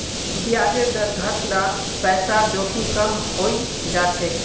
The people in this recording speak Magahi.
ब्याजेर दर घट ल पैसार जोखिम कम हइ जा छेक